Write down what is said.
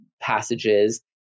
passages